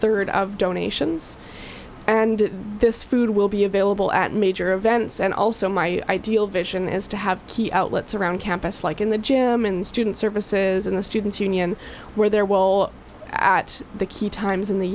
ird of donations and this food will be available at major events and also my ideal vision is to have key outlets around campus like in the gym and student services in the students union where they're well at the key times in the